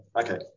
Okay